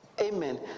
Amen